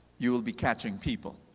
you will be catching people.